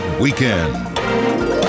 Weekend